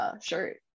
shirt